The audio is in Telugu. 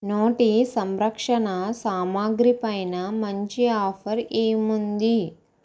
నోటి సంరక్షణ సామాగ్రి పైన మంచి ఆఫర్ ఏమి ఉంది